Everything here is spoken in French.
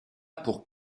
pour